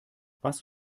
was